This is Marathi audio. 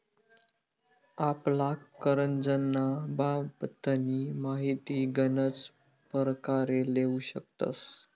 आपला करजंना बाबतनी माहिती गनच परकारे लेवू शकतस